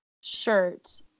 shirt